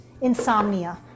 insomnia